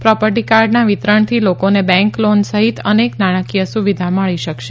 property કાર્ડના વિતરણથી લોકોને બેંક લોન સહિત અનેક નાણાંકીય સુવિધા મળી શકશે